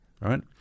Right